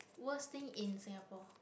worst thing in singapore